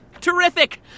Terrific